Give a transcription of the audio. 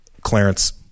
clarence